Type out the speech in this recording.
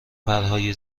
پرهای